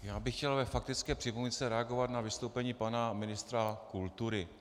Já bych chtěl ve faktické připomínce reagovat na vystoupení pana ministra kultury.